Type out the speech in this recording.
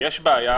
יש בעיה